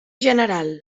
general